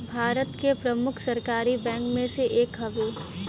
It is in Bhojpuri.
भारत के प्रमुख सरकारी बैंक मे से एक हउवे